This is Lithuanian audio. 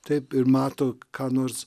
taip ir mato ką nors